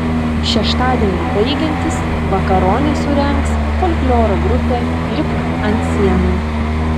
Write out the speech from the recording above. šeštadieniui baigiantis vakaronę surengs folkloro grupė lipk ant sienų